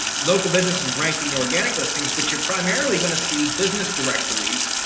local businesses ranking organic listings, but you're primarily going to see business directories,